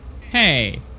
Hey